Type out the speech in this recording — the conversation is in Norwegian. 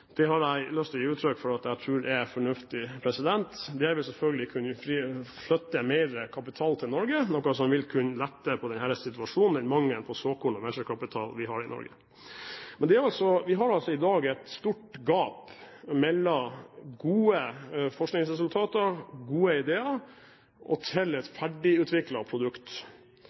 Det har jeg lyst til å gi uttrykk for at jeg tror er fornuftig. Det vil selvfølgelig kunne flytte mer kapital til Norge, noe som vil kunne lette på situasjonen, den mangelen på såkorn og venturekapital som vi har i Norge. Men vi har i dag et stort gap mellom gode forskningsresultater, gode ideer og et ferdigutviklet produkt.